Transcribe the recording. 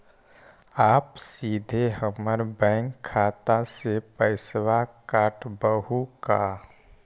आप सीधे हमर बैंक खाता से पैसवा काटवहु का?